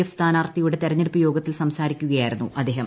F സ്ഥാനാർഥിയുടെ തെരെഞ്ഞെടുപ്പ് യോഗത്തിൽ സംസാരിക്കുകയായിരുന്നു അദ്ദേഹം